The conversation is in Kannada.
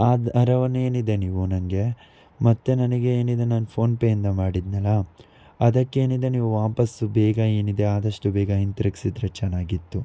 ಆ ದರವನ್ನು ಏನಿದೆ ನೀವು ನನಗೆ ಮತ್ತೆ ನನಗೆ ಏನಿದೆ ನಾನು ಫೋನ್ಪೇಯಿಂದ ಮಾಡಿದ್ದೆನಲ್ಲ ಅದಕ್ಕೇನಿದೆ ನೀವು ವಾಪಸ್ ಬೇಗ ಏನಿದೆ ಆದಷ್ಟು ಬೇಗ ಹಿಂತಿರ್ಗಿಸಿದ್ರೆ ಚೆನ್ನಾಗಿತ್ತು